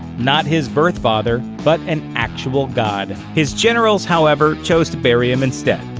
not his birth father, but an actual god. his generals, however, chose to bury him instead,